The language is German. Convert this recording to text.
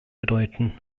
bedeuten